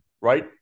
right